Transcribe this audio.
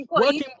Working